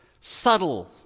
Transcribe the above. subtle